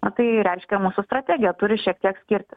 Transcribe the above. na tai reiškia ir mūsų strategija turi šiek tiek skirtis